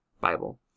bible